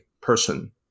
person